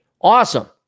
Awesome